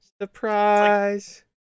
Surprise